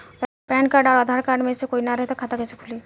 Pan card आउर Aadhaar card मे से कोई ना रहे त खाता कैसे खुली?